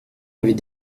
avait